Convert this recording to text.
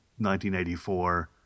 1984